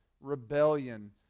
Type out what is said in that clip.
rebellion